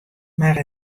mar